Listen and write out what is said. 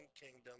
kingdom